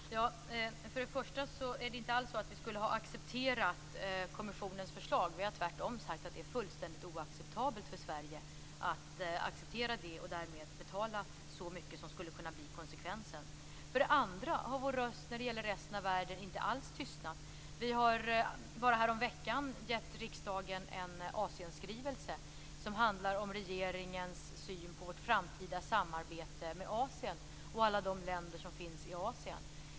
Herr talman! För det första är det inte alls så att vi har accepterat kommissionens förslag. Vi har tvärtom sagt att det är fullständigt oacceptabelt för Sverige att acceptera det och därmed betala så mycket som skulle kunna bli konsekvensen. För det andra har vår röst när det gäller resten av världen inte alls tystnat. Så sent som häromveckan gav vi riksdagen en Asienskrivelse som handlar om regeringens syn på vårt framtida samarbete med Asien och alla de länder som finns i Asien.